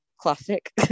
classic